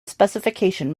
specification